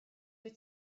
wyt